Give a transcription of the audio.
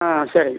ஆ சரிங்க